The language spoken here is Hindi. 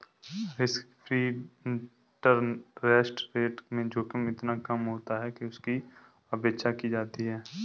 रिस्क फ्री इंटरेस्ट रेट में जोखिम इतना कम होता है कि उसकी उपेक्षा की जाती है